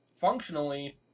functionally